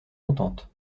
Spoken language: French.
contente